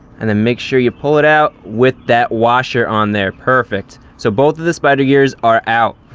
and then make sure you pull it out with that washer on there, perfect. so, both of the spider gears are out.